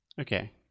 Okay